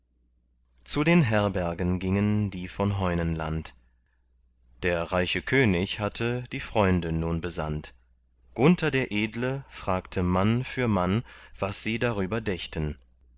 zu den herbergen gingen die von heunenland der reiche könig hatte die freunde nun besandt gunther der edle fragte mann für mann was sie darüber dächten